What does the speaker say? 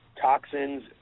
toxins